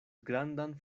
grandan